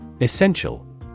Essential